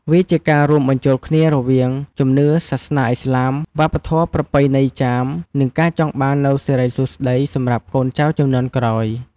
វាជាការរួមបញ្ចូលគ្នារវាង ជំនឿសាសនាឥស្លាម វប្បធម៌ប្រពៃណីចាម និងការចង់បាននូវសិរីសួស្តី សម្រាប់កូនចៅជំនាន់ក្រោយ។